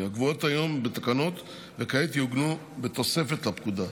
הקבועות היום בתקנות וכעת יעוגנו בתוספת לפקודה.